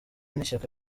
n’ishyaka